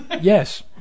Yes